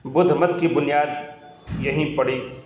بدھ مت کی بنیاد یہیں پڑی